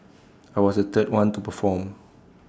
I was the third one to perform